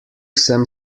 sem